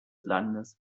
landes